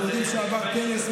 אנחנו יודעים שעבר כנס,